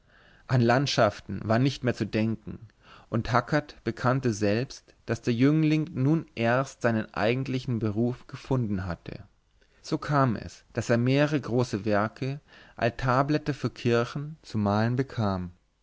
an landschaften war nicht mehr zu denken und hackert bekannte selbst daß der jüngling nun erst seinen eigentlichen beruf gefunden habe so kam es daß er mehrere große werke altarblätter für kirchen zu malen bekam